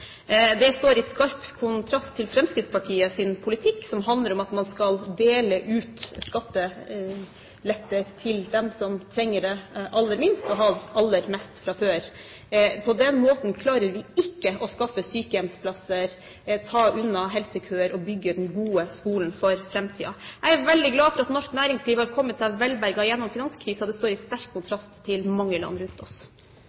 Det står i skarp kontrast til Fremskrittspartiets politikk, som handler om at man skal dele ut skattelette til dem som trenger det aller minst, og som har aller mest fra før. På den måten klarer vi ikke å skaffe sykehjemsplasser, ta unna helsekøer og bygge den gode skolen for framtiden. Jeg er veldig glad for at norsk næringsliv har kommet seg velberget gjennom finanskrisen. Det står i sterk